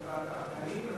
ועדה.